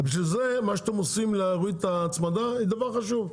בשביל זה מה שאתם עושים להוריד את ההצמדה היא דבר חשוב.